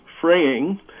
fraying